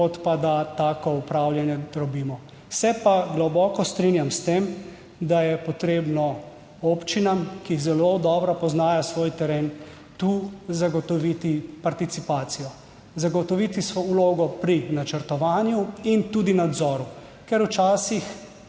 kot pa da tako upravljanje drobimo. Se pa globoko strinjam s tem, da je potrebno občinam, ki zelo dobro poznajo svoj teren, tu zagotoviti participacijo, zagotoviti vlogo pri načrtovanju in tudi nadzoru, ker včasih